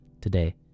today